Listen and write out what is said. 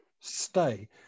stay